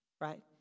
right